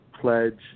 Pledge